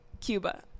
Cuba